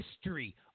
history